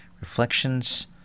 Reflections